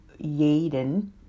Yaden